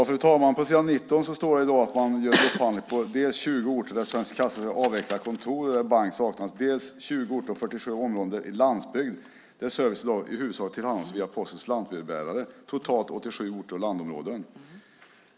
Fru talman! På s. 19 står det att man gör upphandling dels på 20 orter där Svensk Kassaservice avvecklar kontor och där bank saknas, dels på 20 orter och 47 områden i landsbygd där service i dag i huvudsak tillhandahålls via postens lantbrevbärare. Totalt blir det 87 orter och landområden.